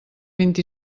vint